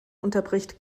unterbricht